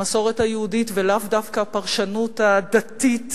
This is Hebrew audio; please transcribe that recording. המסורת היהודית, ולאו דווקא הפרשנות הדתית